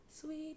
sweet